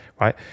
right